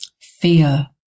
fear